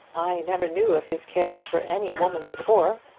i never knew of his caring for any woman before.